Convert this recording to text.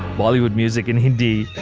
bollywood music in hindi,